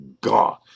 God